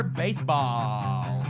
baseball